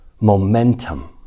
Momentum